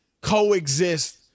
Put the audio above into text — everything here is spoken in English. coexist